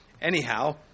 Anyhow